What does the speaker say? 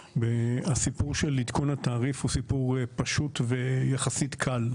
הסיפור של עדכון התעריף הוא סיפור פשוט ויחסית קל.